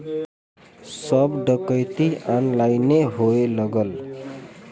सब डकैती ऑनलाइने होए लगल